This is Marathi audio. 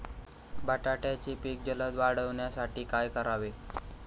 बटाट्याचे पीक जलद वाढवण्यासाठी काय करावे?